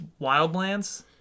Wildlands